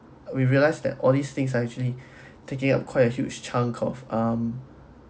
we realize that all these things are actually taking of quite a huge chunk of um